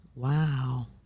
Wow